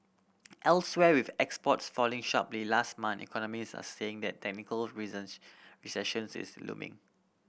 elsewhere with exports falling sharply last month economists are saying that technical recessions is looming